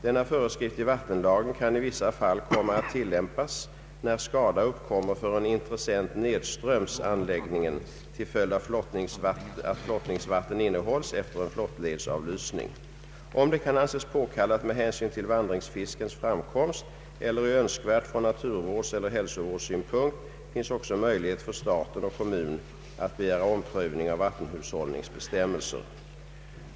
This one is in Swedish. Denna föreskrift i vattenlagen kan i vissa fall komma att tillämpas när skada uppkommer för en intressent nedströms anläggningen till följd av att flottningsvatten innehålls efter en flottledsavlysning. Om det kan anses påkallat med hänsyn till vandringsfiskens framkomst eller är önskvärt från na turvårds = eller hälsovårdssynpunkt finns också möjlighet för staten och kommun att begära omprövning av vattenhushållningsbestämmelser.